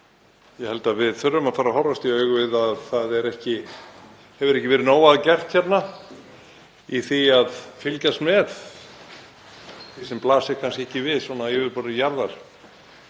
ég held að við þurfum að fara að horfast í augu við að það hefur ekki verið nóg að gert hérna í því að fylgjast með því sem blasir kannski ekki við svona á yfirborði jarðar.